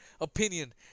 opinion